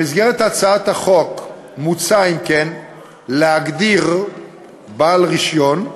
במסגרת הצעת החוק מוצע אם כן להגדיר "בעל רישיון"